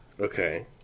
Okay